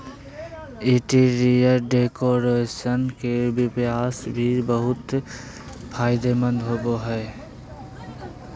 interior decoration के व्यवसाय भी बहुत फायदेमंद होबो हइ